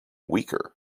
weaker